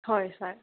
হয় ছাৰ